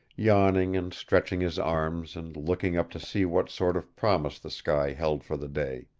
yawning and stretching his arms and looking up to see what sort of promise the sky held for the day.